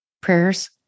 Prayers